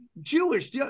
jewish